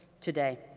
today